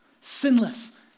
sinless